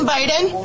Biden